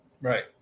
right